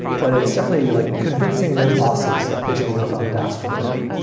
but it's definitely like convincing their bosses that they should work on dask for a bit,